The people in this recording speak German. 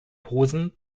posen